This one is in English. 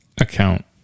account